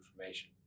information